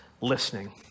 listening